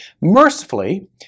Mercifully